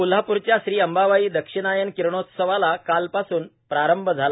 कोल्हापूरच्या श्री अंबाबाईच्या दक्षिणायन किरणोत्सवाला काल पासून प्रारंभ झाला